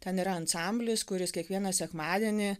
ten yra ansamblis kuris kiekvieną sekmadienį